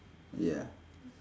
ya